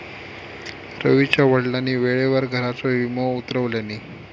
रवीच्या वडिलांनी वेळेवर घराचा विमो उतरवल्यानी